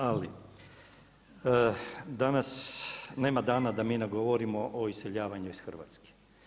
Ali danas nema dana da mi ne govorimo o iseljavanju iz Hrvatske.